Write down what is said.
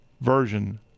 version